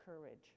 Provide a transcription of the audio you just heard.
courage